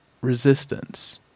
resistance